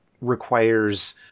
requires